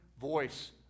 voice